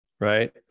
Right